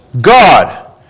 God